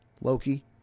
Loki